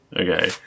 Okay